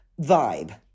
vibe